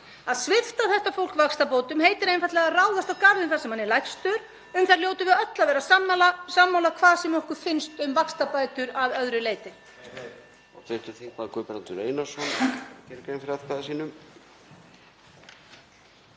Að svipta þetta fólk vaxtabótum heitir einfaldlega að ráðast á garðinn þar sem hann er lægstur, um það hljótum við öll að vera sammála hvað sem okkur finnst um vaxtabætur að öðru leyti.